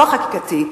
לא החקיקתי,